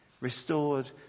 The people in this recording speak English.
restored